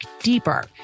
deeper